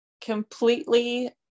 completely